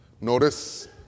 Notice